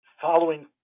following